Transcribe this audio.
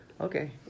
Okay